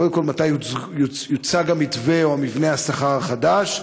קודם כול, מתי יוצג המתווה או מבנה השכר החדש?